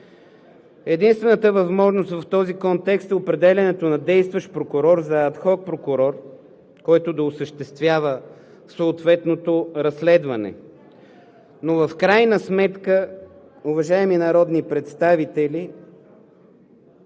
Единствената възможност в този контекст е определянето на действащ прокурор за адхок прокурор, който да осъществява съответното разследване. Но в крайна сметка, уважаеми народни представители,